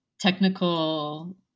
technical